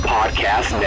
Podcast